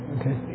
okay